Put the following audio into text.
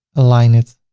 align it